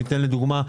לדוגמה,